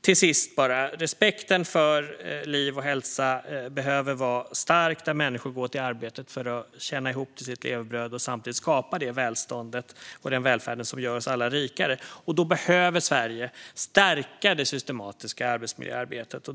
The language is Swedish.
Till sist: Respekten för liv och hälsa behöver vara stark där människor går till arbetet för att tjäna ihop till sitt levebröd och samtidigt skapa det välstånd och den välfärd som gör oss alla rikare. Sverige behöver därför stärka det systematiska arbetsmiljöarbetet.